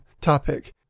topic